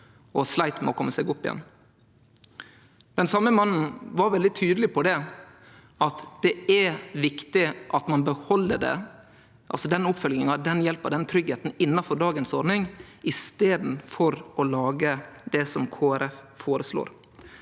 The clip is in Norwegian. og sleit med å kome seg opp igjen. Den same mannen var veldig tydeleg på at det er viktig at ein beheld den oppfølginga, den hjelpa og den tryggleiken innanfor dagens ordning, i staden for å lage det Kristeleg